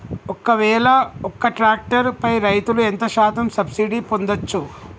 ఒక్కవేల ఒక్క ట్రాక్టర్ పై రైతులు ఎంత శాతం సబ్సిడీ పొందచ్చు?